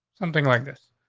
something like this.